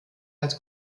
als